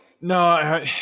No